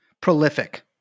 Prolific